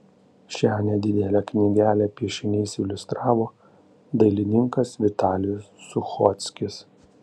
šią nedidelę knygelę piešiniais iliustravo dailininkas vitalijus suchockis